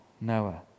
Noah